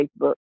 Facebook